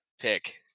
pick